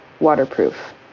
waterproof